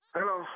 Hello